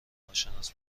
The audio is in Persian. ناشناس